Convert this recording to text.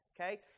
okay